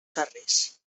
carrers